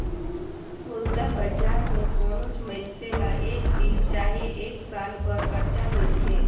मुद्रा बजार में कोनोच मइनसे ल एक दिन चहे एक साल बर करजा मिलथे